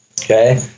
Okay